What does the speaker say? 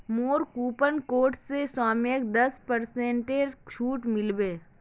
मोर coupon code स सौम्यक दस पेरसेंटेर छूट मिल बे